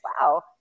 wow